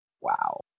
Wow